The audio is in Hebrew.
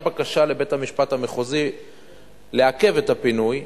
בקשה לבית-המשפט המחוזי לעכב את הפינוי,